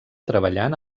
treballant